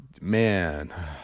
man